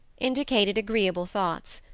indicated agreeable thoughts.